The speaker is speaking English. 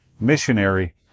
missionary